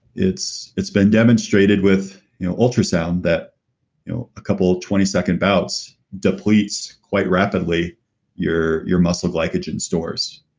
it's it's been demonstrated with you know ultrasound that you know a couple of twenty second bouts depletes quite rapidly your your muscle glycogen stores.